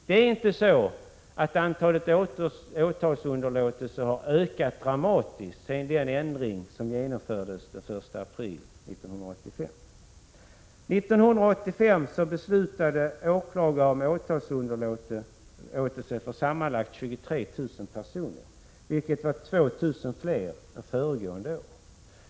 Det är inte så, att antalet åtalsunderlåtelser har ökat dramatiskt efter den ändring som genomfördes den 1 april 1985. Under år 1985 beslutade åklagare om åtalsunderlåtelse för sammanlagt 23 000 personer, vilket var ca 2 000 fler än föregående år.